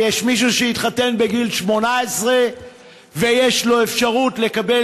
ויש מישהו שהתחתן בגיל 18 ויש לו אפשרות לקבל,